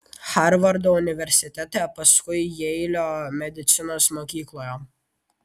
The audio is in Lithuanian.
harvardo universitete paskui jeilio medicinos mokykloje